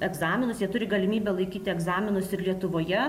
egzaminus jie turi galimybę laikyti egzaminus ir lietuvoje